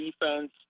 defense